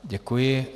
Děkuji.